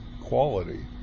quality